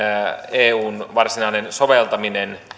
eun varsinainen soveltaminen